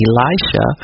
Elisha